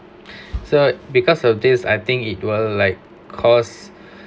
so because of this I think it will like cause